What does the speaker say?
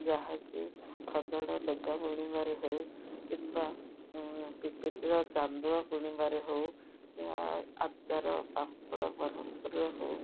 ଯାହାକି ଖଦଡ଼ ଲୁଗା ବୁଣିବାରେ ହଉ କିମ୍ବା ପିପିଲର ଚାନ୍ଦୁଆ ବୁଣିବାରେ ହଉ ଏହା ଆଚାର ପାମ୍ପଡ଼ ବରହମପୁରର ହଉ